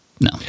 no